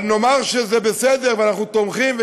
אבל נאמר שזה בסדר ואנחנו תומכים,